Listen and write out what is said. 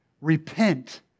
Repent